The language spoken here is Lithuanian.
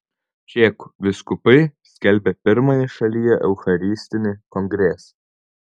čekų vyskupai skelbia pirmąjį šalyje eucharistinį kongresą